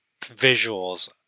visuals